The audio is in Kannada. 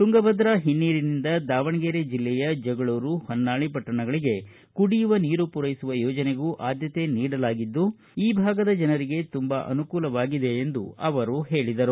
ತುಂಗಭದ್ರಾ ಹಿನ್ನೀರಿನಿಂದ ದಾವಣಗೆರೆ ಜಿಲ್ಲೆಯ ಜಗಳೂರು ಹೊನ್ನಾಳಿ ಪಟ್ಟಣಗಳಿಗೆ ಕುಡಿಯುವ ನೀರು ಪೂರೈಸುವ ಯೋಜನೆಗೂ ಆದ್ದತೆ ನೀಡಲಾಗಿದ್ದು ಈ ಭಾಗದ ಜನರಿಗೆ ತುಂಬಾ ಅನುಕೂಲವಾಗಿದೆ ಎಂದು ಅವರು ಹೇಳಿದರು